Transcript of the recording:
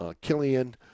Killian